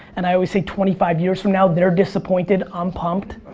and i always say, twenty five years from now, they're disappointed, i'm pumped.